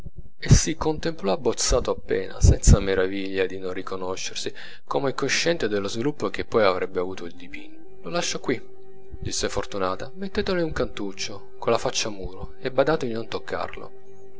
e si contemplò abbozzato appena senza meraviglia di non riconoscersi come consciente dello sviluppo che poi avrebbe avuto il dipinto lo lascio qui dissi a fortunata mettetelo in un cantuccio con la faccia al muro e badate di non toccarlo